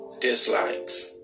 dislikes